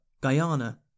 Guyana